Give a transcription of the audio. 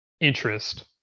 interest